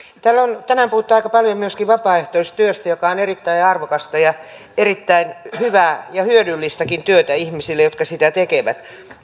täällä on tänään puhuttu aika paljon myöskin vapaaehtoistyöstä joka on erittäin arvokasta ja erittäin hyvää ja hyödyllistäkin työtä ihmisille jotka sitä tekevät